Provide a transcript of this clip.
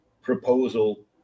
proposal